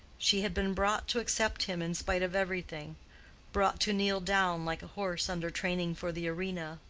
she had been brought to accept him in spite of everything brought to kneel down like a horse under training for the arena,